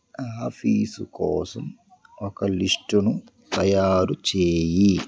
office కోసం ఒక లిస్టును తయారుచేయి